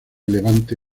durante